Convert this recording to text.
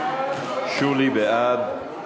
בעד, שולי בעד.